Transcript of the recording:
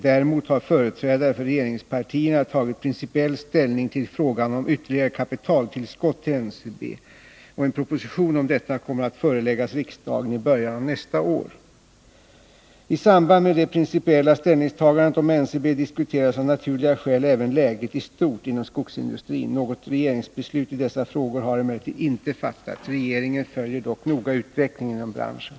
Däremot har företrädare för regeringspartierna tagit principiell ställning till frågan om ytterligare kapitaltillskott till NCB, och en proposition om detta kommer att föreläggas riksdagen i början av nästa år. I samband med det principiella ställningstagandet om NCB diskuterades av naturliga skäl även läget i stort inom skogsindustrin. Något regeringsbeslut i dessa frågor har emellertid inte fattats. Regeringen följer dock noga utvecklingen inom branschen.